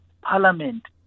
Parliament